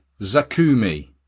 Zakumi